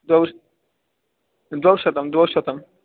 द्वौ द्वौ शतं द्वौ शतम्